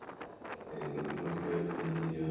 okay, and let me look at the.